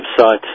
website